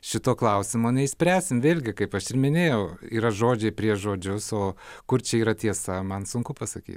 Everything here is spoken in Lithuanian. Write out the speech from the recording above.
šito klausimo neišspręsim vėlgi kaip aš ir minėjau yra žodžiai prieš žodžius o kur čia yra tiesa man sunku pasakyt